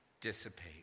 dissipate